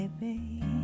baby